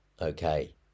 Okay